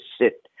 sit